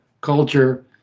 culture